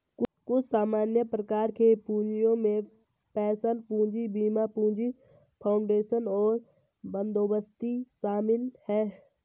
कुछ सामान्य प्रकार के पूँजियो में पेंशन पूंजी, बीमा पूंजी, फाउंडेशन और बंदोबस्ती शामिल हैं